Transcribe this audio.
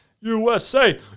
USA